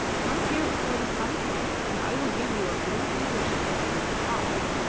come here before the sun sets and i will give you a blue handkerchief with red spots.